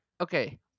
Okay